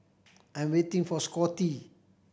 I'm waiting for Scottie